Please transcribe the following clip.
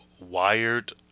wired